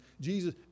jesus